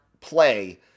play